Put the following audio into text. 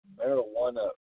marijuana